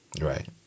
Right